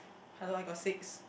hello I got six